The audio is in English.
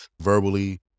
verbally